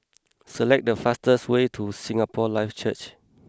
select the fastest way to Singapore Life Church